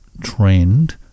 trend